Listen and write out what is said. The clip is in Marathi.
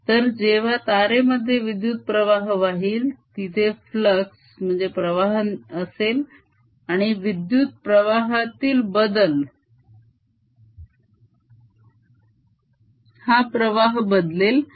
तर जेव्हा तारेमध्ये विद्युत्प्रवाह वाहील तिथे प्रवाह असेल आणि विद्युत्प्रवाहातील बदल हा प्रवाह बदलेल